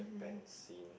~pan scene